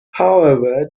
however